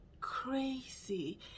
crazy